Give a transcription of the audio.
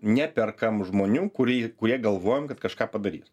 neperkam žmonių kuri kurie galvojam kad kažką padarys